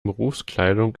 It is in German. berufskleidung